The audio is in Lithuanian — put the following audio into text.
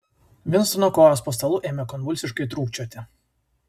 vinstono kojos po stalu ėmė konvulsiškai trūkčioti